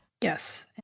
Yes